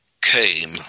came